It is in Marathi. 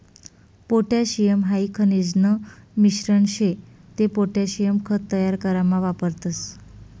पोटॅशियम हाई खनिजन मिश्रण शे ते पोटॅशियम खत तयार करामा वापरतस